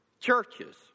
churches